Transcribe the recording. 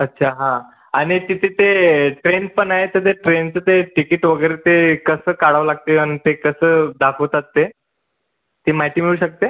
अच्छा हां आणि तिथे ते ट्रेन पण आहे तर ते ट्रेनचं ते तिकिट वगैरे ते कसं काढावं लागते आणि ते कसं दाखवतात ते ती माहिती मिळू शकते